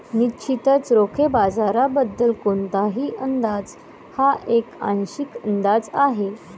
निश्चितच रोखे बाजाराबद्दल कोणताही अंदाज हा एक आंशिक अंदाज आहे